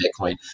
Bitcoin